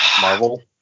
Marvel